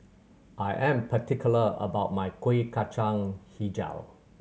I am particular about my Kuih Kacang Hijau